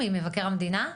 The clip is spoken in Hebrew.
ממבקר המדינה?